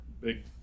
big